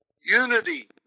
unity